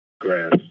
Grass